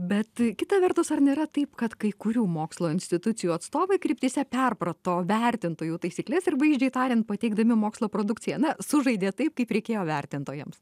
bet kita vertus ar nėra taip kad kai kurių mokslo institucijų atstovai kryptyse perprato vertintojų taisykles ir vaizdžiai tariant pateikdami mokslo produkciją na sužaidė taip kaip reikėjo vertintojams